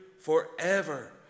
forever